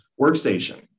workstation